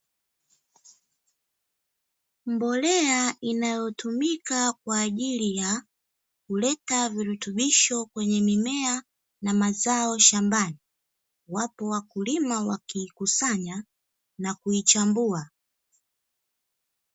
Mbolea inayotumika kwa ajili ya, kuleta virutubisho kwenye mimea na mazao shambani. Wapo wakulima wakiikusanya na kuichambua.